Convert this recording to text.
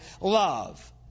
love